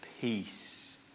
peace